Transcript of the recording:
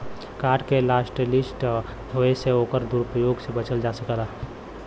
card के hotlist होये से ओकर दुरूप्रयोग से बचल जा सकलै